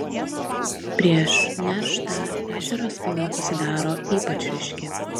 prieš nerštą ešerio spalva pasidaro ypač ryški